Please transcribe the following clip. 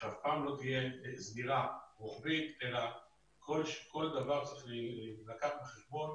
שאף פעם לא תהיה סגירה רוחבית אלא כול דבר צריך להילקח בחשבון